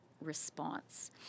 response